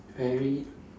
very